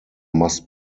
must